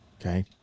Okay